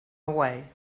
away